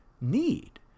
need